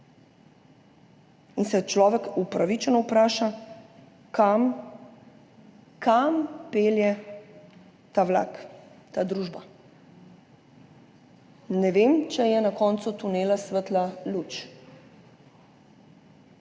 In se človek upravičeno vpraša, kam, kam pelje ta vlak, ta družba. Ne vem, če je na koncu tunela svetla luč.